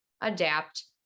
adapt